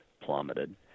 plummeted